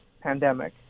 pandemic